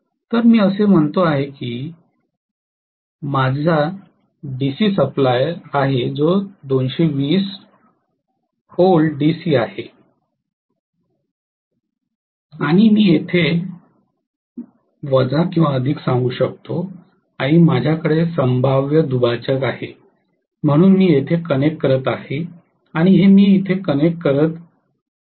तर मी असे म्हणतो आहे की ही माझी डीसी सप्लाय आहे जी 220 व्होल्ट डीसी आहे आणि मी येथे आणि वजा व अधिक सांगू शकतो आणि मग माझ्याकडे संभाव्य दुभाजक आहे म्हणून मी येथे कनेक्ट करत आहे आणि हे मी येथे कनेक्ट करत आहे